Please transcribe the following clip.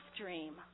dream